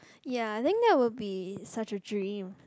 ya I think that will be such a dream